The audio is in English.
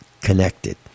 connected